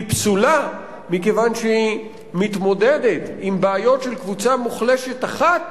והיא פסולה מכיוון שהיא מתמודדת עם בעיות של קבוצה מוחלשת אחת